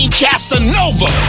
casanova